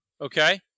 Okay